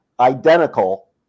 Identical